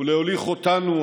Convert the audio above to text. ולהוליך אותנו,